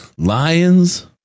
Lions